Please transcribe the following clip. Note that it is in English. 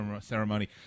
ceremony